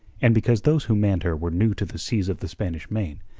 and because those who manned her were new to the seas of the spanish main,